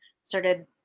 started